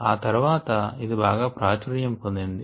ఆ తర్వాత ఇది బాగా ప్రాచుర్యం పొందింది